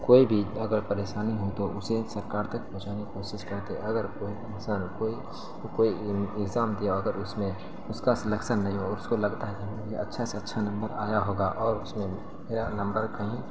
کوئی بھی اگر پریشانی ہو تو اسے سرکار تک پہنچانے کی کوشش کرتے اگر کوئی مثلاً کوئی کوئی ایگزام دیا ہو اگر اس میں اس کا سلیکسن نہیں ہوا اس کو لگتا ہے اچھا سے اچھا نمبر آیا ہوگا اور اس میں یا نمبر کہیں